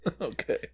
okay